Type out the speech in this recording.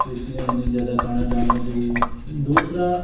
तो इसलिए उन्हें ज़्यादा खाना डालना चाहिए दूसरा